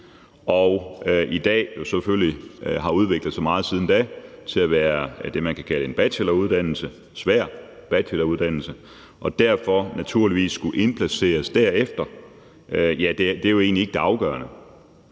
det, man kan kalde en bacheloruddannelse – en svær bacheloruddannelse – og derfor naturligvis skulle indplaceres derefter, ja, det er jo egentlig ikke det afgørende.